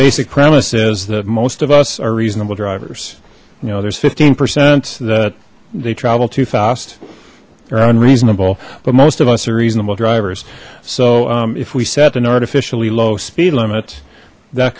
basic premise is that most of us are reasonable drivers you know there's fifteen percent that they travel too fast they're unreasonable but most of us are reasonable drivers so if we set an artificially low speed limit that